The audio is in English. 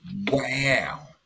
Wow